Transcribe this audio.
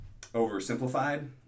oversimplified